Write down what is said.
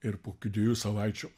ir po kokių dviejų savaičių